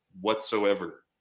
whatsoever